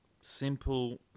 simple